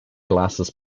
glacis